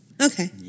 okay